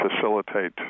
facilitate